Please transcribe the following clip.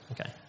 Okay